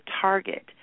target